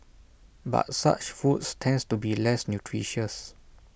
but such foods tends to be less nutritious